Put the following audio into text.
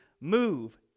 move